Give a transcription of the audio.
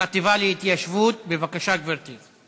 החטיבה להתיישבות, בבקשה, גברתי.